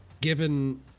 given